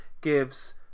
gives